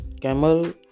camel